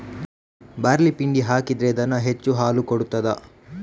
Barley ಪಿಂಡಿ ಹಾಕಿದ್ರೆ ದನ ಹೆಚ್ಚು ಹಾಲು ಕೊಡ್ತಾದ?